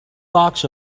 box